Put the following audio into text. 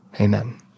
Amen